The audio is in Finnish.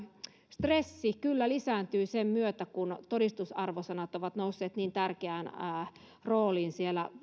stressi kyllä lisääntyi sen myötä kun todistusarvosanat ovat nousseet niin tärkeään rooliin